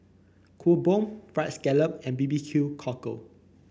Kuih Bom fried scallop and B B Q Cockle